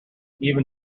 even